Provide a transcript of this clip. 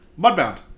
Mudbound